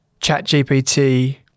ChatGPT